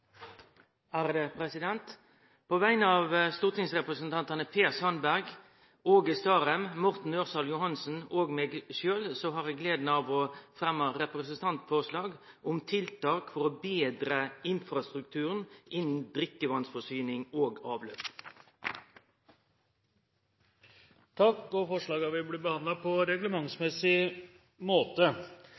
På vegner av stortingsrepresentantane Per Sandberg, Åge Starheim, Morten Ørsal Johansen og meg sjølv har eg gleda av å fremme representantforslag om tiltak for å betra infrastrukturen innan drikkevatnforsyning og avløp. Forslagene vil bli behandlet på reglementsmessig måte.